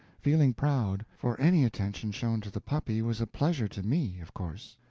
feeling proud, for any attention shown to the puppy was a pleasure to me, of course.